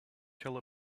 kill